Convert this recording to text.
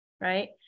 right